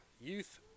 Youth